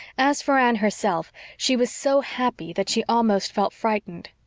as for anne herself, she was so happy that she almost felt frightened.